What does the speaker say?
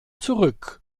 zurück